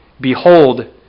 Behold